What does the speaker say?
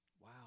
Wow